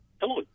Hello